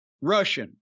Russian